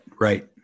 Right